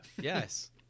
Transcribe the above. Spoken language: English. Yes